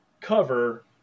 cover